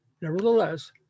nevertheless